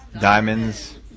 Diamonds